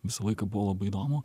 visą laiką buvo labai įdomu